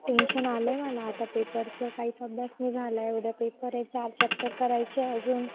tension आलं आहे मला आता पेपरचं काहीच अभ्यास नाही झाला आहे उद्या पेपर आहे चार चॅप्टर करायचे अजून